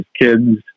Kids